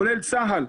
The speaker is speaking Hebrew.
כולל צה"ל,